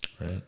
Right